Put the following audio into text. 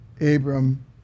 Abram